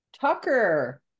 Tucker